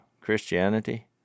Christianity